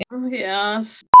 yes